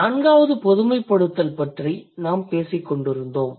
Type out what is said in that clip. நான்காவது பொதுமைப்படுத்தல் பற்றி நாம் பேசிக் கொண்டிருந்தோம்